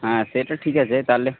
হ্যাঁ সে তো ঠিক আছে তাহলে